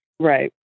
Right